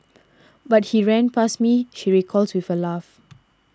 but he ran past me she recalls with a laugh